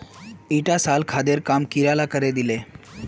ईटा साल खादेर काम कीड़ा ला करे दिले